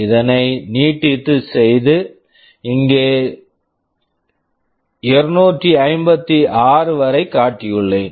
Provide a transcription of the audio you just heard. இதனை நீட்டித்து செய்து இங்கே 256 வரை காட்டியுள்ளேன்